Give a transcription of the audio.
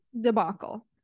Debacle